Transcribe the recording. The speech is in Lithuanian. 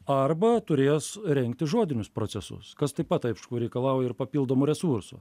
arba turės rengti žodinius procesus kas taip pat aišku reikalauja ir papildomų resursų